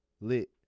Lit